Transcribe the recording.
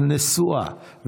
על נסועה,